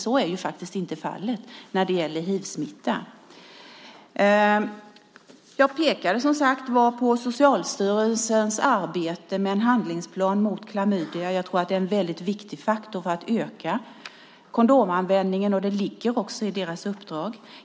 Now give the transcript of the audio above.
Så är faktiskt inte fallet när det gäller hivsmitta. Jag pekade på Socialstyrelsens arbete med en handlingsplan mot klamydia, och jag tror att det är en väldigt viktig faktor för att öka kondomanvändningen. Det ligger också i deras uppdrag.